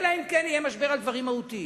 אלא אם כן יהיה משבר על דברים מהותיים,